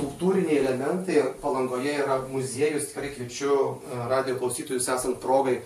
kultūriniai elementai palangoje yra muziejus kviečiu radijo klausytojus esant progai